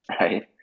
right